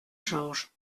georges